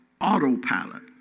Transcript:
autopilot